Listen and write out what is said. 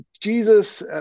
Jesus